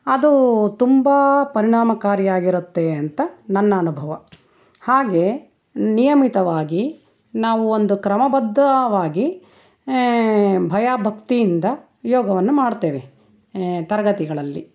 ಅದು ತುಂಬ ಪರಿಣಾಮಕಾರಿಯಾಗಿರುತ್ತೆ ಅಂತ ನನ್ನ ಅನುಭವ ಹಾಗೇ ನಿಯಮಿತವಾಗಿ ನಾವು ಒಂದು ಕ್ರಮಬದ್ಧವಾಗಿ ಭಯ ಭಕ್ತಿಯಿಂದ ಯೋಗವನ್ನು ಮಾಡ್ತೇವೆ ತರಗತಿಗಳಲ್ಲಿ